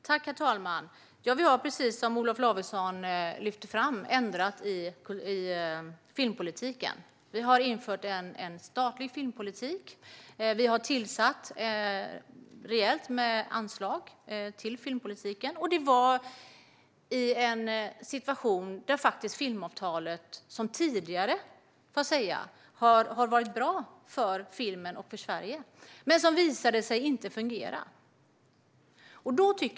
Herr talman! Ja, vi har precis som Olof Lavesson lyfte fram ändrat i filmpolitiken. Vi har infört en statlig filmpolitik. Vi har tillfört ett rejält anslag till filmpolitiken. Filmavtalet har tidigare varit bra för filmen och för Sverige, får jag säga. Men det visade sig inte fungera.